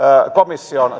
komission